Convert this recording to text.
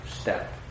step